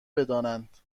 بدانند